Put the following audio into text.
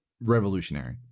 revolutionary